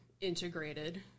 integrated